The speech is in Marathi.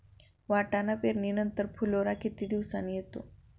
वाटाणा पेरणी नंतर फुलोरा किती दिवसांनी येतो?